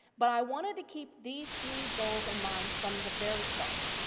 but i wanted to keep these three goals in mind from the very start.